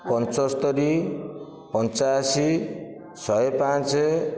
ପଞ୍ଚସ୍ତରୀ ପଞ୍ଚାଅଶୀ ଶହେପାଞ୍ଚେ